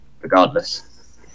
regardless